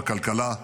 בכלכלה,